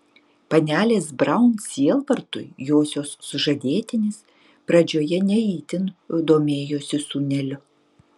panelės braun sielvartui josios sužadėtinis pradžioje ne itin domėjosi sūneliu